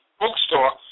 Bookstore